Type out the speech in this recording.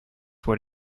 what